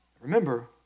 Remember